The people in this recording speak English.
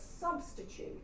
substitute